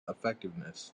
effectiveness